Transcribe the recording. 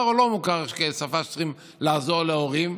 או לא מוכר כשפה שצריכים לעזור להורים?